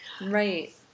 Right